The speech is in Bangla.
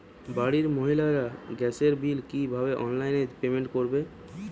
বাড়ির মহিলারা গ্যাসের বিল কি ভাবে অনলাইন পেমেন্ট করবে?